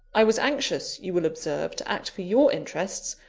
i was anxious, you will observe, to act for your interests,